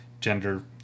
gender